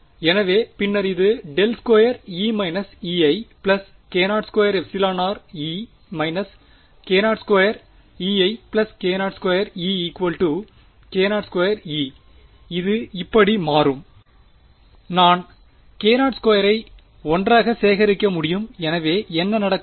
எனவே பின்னர் இது ∇2E−Ei k0 2rE− k0 2Eik0 2Ek0 2E இப்படி மாறும் நான் k0 2 ஐ ஒன்றாக சேகரிக்க முடியும் எனவே என்ன நடக்கும்